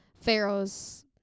pharaoh's